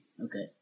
Okay